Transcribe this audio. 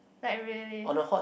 like really